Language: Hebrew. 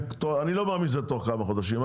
אני לא מאמין שזה יהיה תוך כמה חודשים.